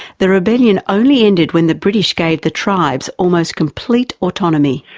the rebellion only ended when the british gave the tribes almost complete autonomy.